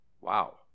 Wow